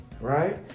right